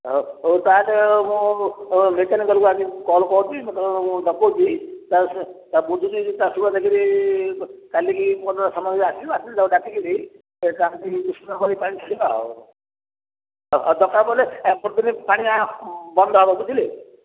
ହଉ ହଉ ତା ମୁଁ ମେକାନିକକୁ ଆଜି କଲ୍ କରୁଛି ଡକଉଛି ବୁଝୁଛି ଦେଖିବି କାଲିକି ସମୟ ଆସିବ ଆସିଲେ ଡାକିକରି ଦରକାର ପଡ଼ିଲେ ପାଣି ବନ୍ଦ ହେବ ବୁଝିଲେ